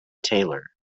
taylor